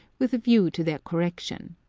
with a view to their correction.